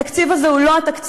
התקציב הזה הוא לא התקציב,